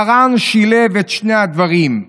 מרן שילב את שני הדברים: